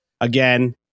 again